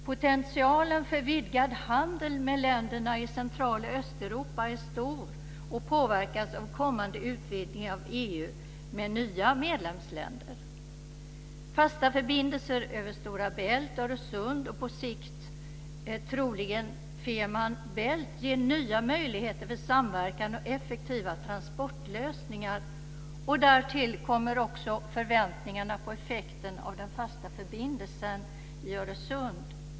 Potentialen för vidgad handel med länderna i Centraloch Östeuropa är stor och påverkas av kommande utvidgning av EU med nya medlemsländer. Fasta förbindelser över Stora Bält, Öresund och på sikt troligen över Fehmarn Bält ger nya möjligheter vid samverkan och effektiva transportlösningar. Därtill kommer också förväntningarna på effekten av den fasta förbindelsen över Öresund.